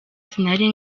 sinari